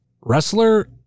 Wrestler